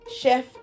chef